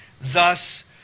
thus